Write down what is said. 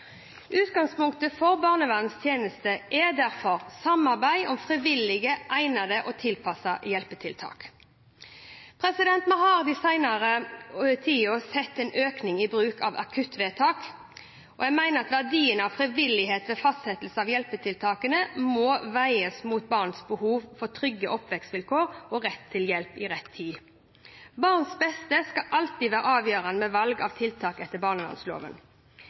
Utgangspunktet for barnevernets tjeneste er derfor samarbeid om frivillige, egnede og tilpassede hjelpetiltak. Vi har i den senere tid sett en økning i bruken av akuttvedtak. Jeg mener at verdien av frivillighet ved fastsettelse av hjelpetiltak må veies mot barnets behov for trygge oppvekstsvilkår og rett til hjelp til rett tid. Barnets beste skal alltid være avgjørende ved valg av tiltak etter